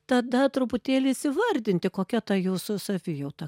tada truputėlį įsivardinti kokia ta jūsų savijauta